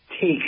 take